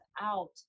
out